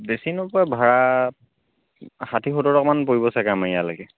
বেছি নপৰে ভাড়া ষাঠি সত্তৰ টকামান পৰিব চাগৈ আমাৰ ইয়াৰলৈকে